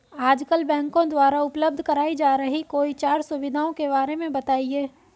आजकल बैंकों द्वारा उपलब्ध कराई जा रही कोई चार सुविधाओं के बारे में बताइए?